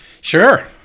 Sure